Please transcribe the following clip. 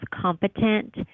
competent